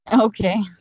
Okay